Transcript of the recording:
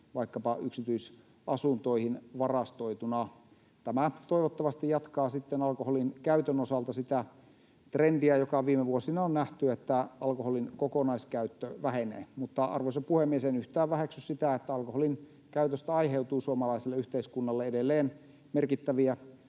vaikkapa yksityisasuntoihin varastoituna. Tämä toivottavasti jatkaa alkoholinkäytön osalta sitä trendiä, joka viime vuosina on nähty, että alkoholin kokonaiskäyttö vähenee. Arvoisa puhemies! En yhtään väheksy sitä, että alkoholin käytöstä aiheutuu suomalaiselle yhteiskunnalle edelleen merkittäviä